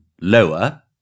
lower